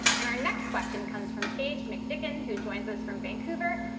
and our next question comes from paige mcdicken who joins us from vancouver.